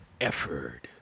Effort